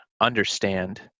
understand